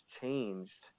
changed